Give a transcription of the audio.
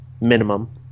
minimum